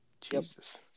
Jesus